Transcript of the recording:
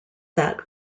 that